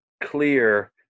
clear